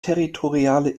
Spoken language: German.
territoriale